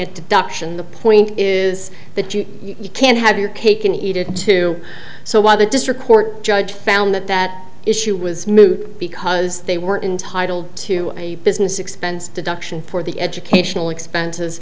session the point is that you can't have your cake and eat it too so while the district court judge found that that issue was moot because they were entitle to a business expense deduction for the educational expenses